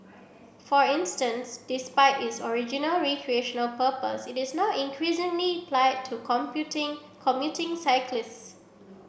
for instance despite is original recreational purpose it is now increasingly plied to commuting cyclists